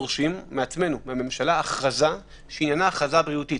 בסעיף 2 לחוק הזה אנחנו דורשים מהממשלה הכרזה שעניינה הכרזה בריאותית.